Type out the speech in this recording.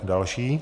Další?